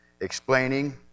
explaining